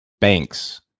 banks